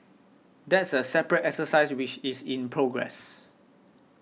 that's a separate exercise which is in progress